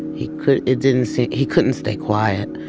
he could it didn't seem he couldn't stay quiet.